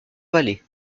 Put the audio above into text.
vallée